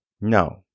No